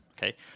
Okay